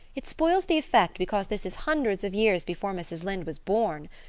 it spoils the effect because this is hundreds of years before mrs. lynde was born.